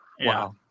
wow